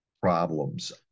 problems